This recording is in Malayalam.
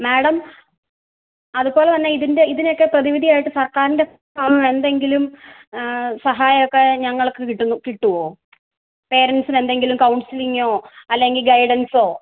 മാഡം അതുപോലെതന്നെ ഇതിൻ്റെ ഇതിനൊക്കെ പ്രതിവിധിയായിട്ട് സർക്കാരിൻ്റെ ഭാഗത്തുനിന്ന് എന്തെങ്കിലും സഹായം ഒക്കെ ഞങ്ങൾക്ക് കിട്ടുമെന്ന് കിട്ടുവോ പേരൻറ്റ്സിന് എന്തെങ്കിലും കൗൺസിലിങ്ങോ അല്ലെങ്കിൽ ഗൈഡൻസോ